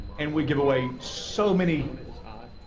and we give away so many i